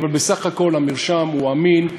אבל בסך הכול המרשם הוא אמין,